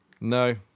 No